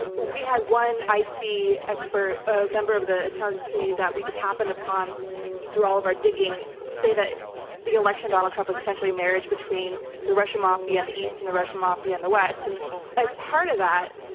and we had one ic expert, a member of the intelligence community that we just happened upon through all of our digging say that the election donald trump was essentially marriage between the russian mafia in the east and the russian mafia in the west. and as part of that,